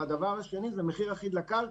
והדבר השני זה מחיר אחיד לקרקע,